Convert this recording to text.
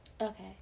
okay